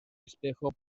espejo